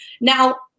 Now